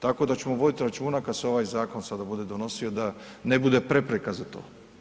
Tako da ćemo vodit računa kad se ovaj zakon sada bude donosio da ne bude prepreka za to.